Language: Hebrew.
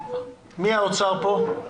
מי מהאוצר פה?